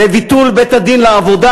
לביטול בית-הדין לעבודה